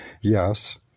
yes